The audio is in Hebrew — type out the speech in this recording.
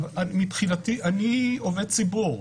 אני עובד ציבור.